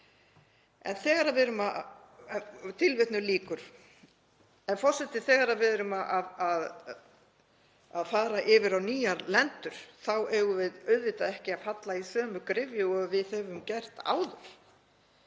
Þegar við erum að fara yfir á nýjar lendur eigum við auðvitað ekki að falla í sömu gryfju og við höfum gert áður.